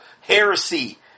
heresy